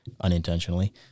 unintentionally